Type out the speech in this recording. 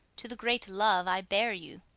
to the great love i bear you